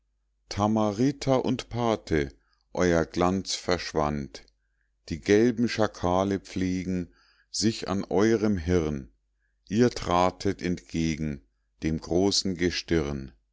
tammarhita und pate euer glanz verschwand die gelben schakale pflegen sich an eurem hirn ihr tratet entgegen dem großen gestirn